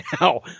now